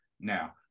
now